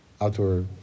outdoor